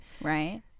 Right